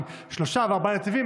עם שלושה וארבעה נתיבים,